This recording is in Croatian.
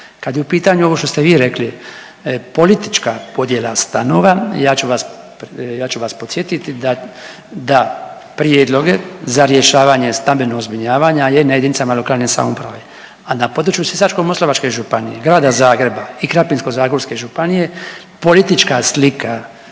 Kad je u pitanju ovo što ste vi rekli politička podjela stanova, ja ću vas, ja ću vas podsjetiti da, da prijedloge za rješavanje stambenog zbrinjavanja je na JLS, a na području Sisačko-moslavačke županije, Grada Zagreba i Krapinsko-zagorske županije politička slika